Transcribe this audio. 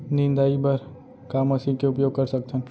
निंदाई बर का मशीन के उपयोग कर सकथन?